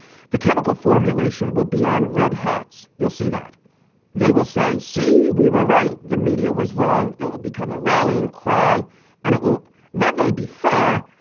the chemical formulation will be on red hats. you'll see that they will say, see, we were right. the media was wrong. it will become a rallying cry and it will not really be fair.